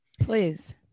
Please